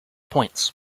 points